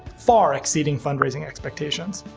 far exceeding fundraising expectations.